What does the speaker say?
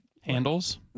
Handles